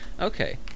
Okay